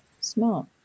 smart